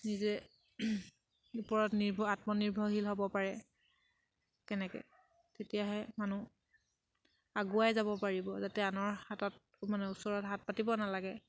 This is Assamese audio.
নিজে ওপৰত নিৰ্ভৰ আত্মনিৰ্ভৰশীল হ'ব পাৰে কেনেকে তেতিয়াহে মানুহ আগুৱাই যাব পাৰিব যাতে আনৰ হাতত মানে ওচৰত হাত পাতিব নালাগে